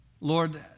Lord